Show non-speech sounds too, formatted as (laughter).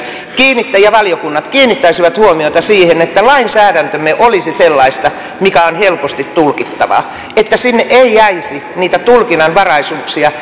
ja valiokunnat kiinnittäisivät huomiota siihen että lainsäädäntömme olisi sellaista mikä on helposti tulkittavaa että sinne ei jäisi niitä tulkinnanvaraisuuksia (unintelligible)